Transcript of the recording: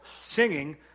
singing